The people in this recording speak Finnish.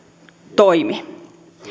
toimi